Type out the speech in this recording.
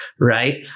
right